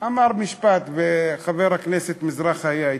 אמר משפט, וחבר הכנסת מזרחי היה אתנו: